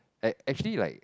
I actually like